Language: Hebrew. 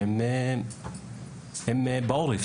שהם בעורף,